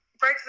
Brexit